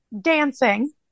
dancing